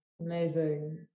Amazing